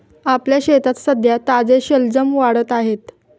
आपल्या शेतात सध्या ताजे शलजम वाढत आहेत